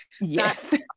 yes